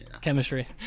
chemistry